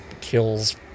kills